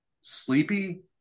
sleepy